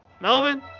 Melvin